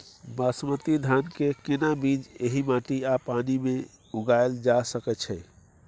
बासमती धान के केना बीज एहि माटी आ पानी मे उगायल जा सकै छै?